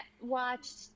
watched